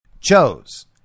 chose